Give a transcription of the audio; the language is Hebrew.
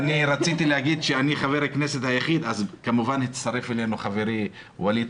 הכנסת היחיד כאן אז כמובן מצטרף אלינו חברי ווליד